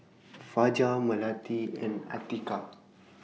Fajar Melati and Atiqah